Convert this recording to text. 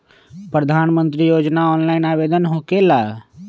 प्रधानमंत्री योजना ऑनलाइन आवेदन होकेला?